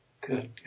Good